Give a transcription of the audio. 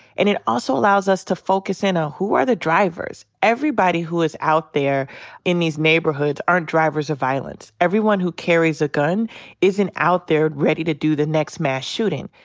and it also allows us to focus in on ah who are the drivers. everybody who is out there in these neighborhoods aren't drivers of violence. everyone who carries a gun isn't out there ready to do the next mass shooting.